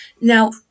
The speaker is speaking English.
Now